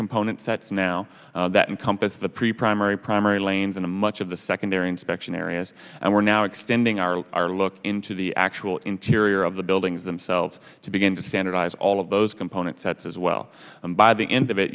components that now that encompass the pre primary primary lanes in a much of the secondary inspection areas and we're now extending our r look into the actual interior of the buildings themselves to begin to standardize all of those components that says well by the end of it